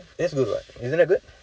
that's good what isn't that good